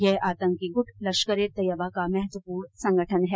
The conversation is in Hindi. यह आतंकी गुट लश्कर ए तैयबा का महत्वपूर्ण संगठन है